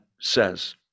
says